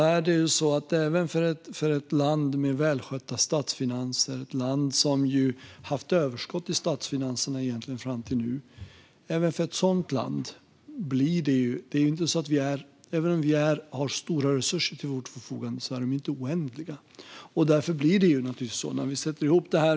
Inte ens för ett land med välskötta statsfinanser, som har haft överskott i statsfinanserna fram till nu, är de resurser som står till förfogande oändliga, även om de är stora.